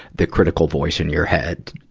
the critical voice in your head.